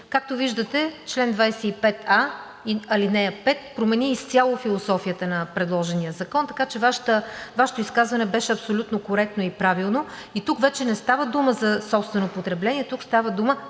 Както виждате, чл. 25а, ал. 5 промени изцяло философията на предложения закон, така че Вашето изказване беше абсолютно коректно и правилно. Тук вече не става дума за собствено потребление, тук става дума